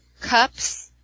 cups